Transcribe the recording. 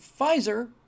Pfizer